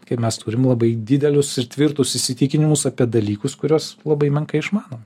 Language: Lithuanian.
kai mes turim labai didelius ir tvirtus įsitikinimus apie dalykus kuriuos labai menkai išmanom